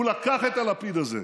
הוא לקח את הלפיד הזה,